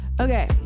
Okay